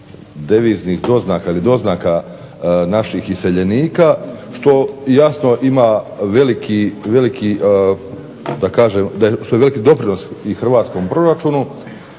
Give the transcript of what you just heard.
deviznih doznaka ili doznaka naših doseljenika što jasno ima, što je veliki doprinos Hrvatskom proračunu,